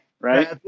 right